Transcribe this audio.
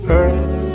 earth